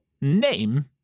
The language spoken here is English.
name